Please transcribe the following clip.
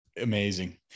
Amazing